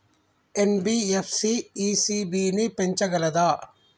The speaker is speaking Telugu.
ఎన్.బి.ఎఫ్.సి ఇ.సి.బి ని పెంచగలదా?